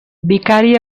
vicari